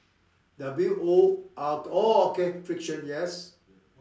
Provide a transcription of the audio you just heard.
W O R orh okay friction yes